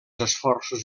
esforços